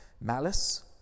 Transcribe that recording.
Malice